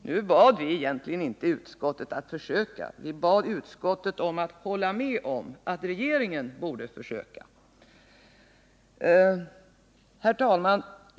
Nu bad vi egentligen inte utskottet om att försöka, utan vi bad utskottet att hålla med om att regeringen borde försöka. Herr talman!